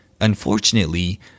Unfortunately